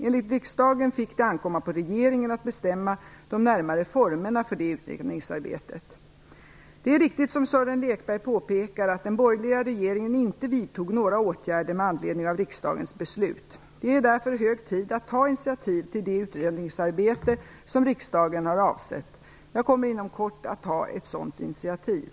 Enligt riksdagen fick det ankomma på regeringen att bestämma de närmare formerna för det utredningsarbetet. Det är riktigt som Sören Lekberg påpekar att den borgerliga regeringen inte vidtog några åtgärder med anledning av riksdagens beslut. Det är därför hög tid att ta initiativ till det utredningsarbete som riksdagen har avsett. Jag kommer inom kort att ta ett sådant initiativ.